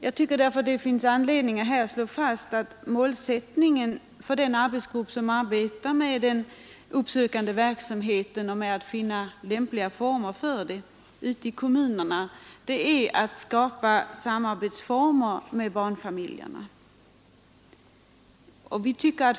Det finns därför anledning att här slå fast att målsättningen för den arbetsgrupp som arbetar med att finna lämpliga former för den uppsökande verksamheten ute i kommunerna är att skapa former för samarbete med barnfamiljerna.